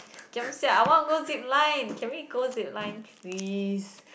giam siap I want to go zip line can we go zip line please